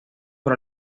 por